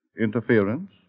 interference